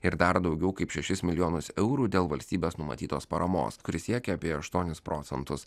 ir dar daugiau kaip šešis milijonus eurų dėl valstybės numatytos paramos kuri siekia apie aštuonis procentus